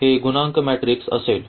तर हे गुणांक मॅट्रिक्स असेल